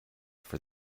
for